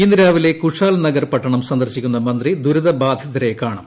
ഇന്ന് രാവിലെ കുഷാൽ നഗർ പട്ടണം സന്ദർശിക്കുന്ന മന്ത്രി ദുരിതബാധിതരെ കാണും